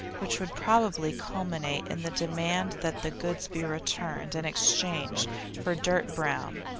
which would probably culminate in the demand that the goods be returned and exchanged for dirt-brown,